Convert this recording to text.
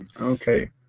Okay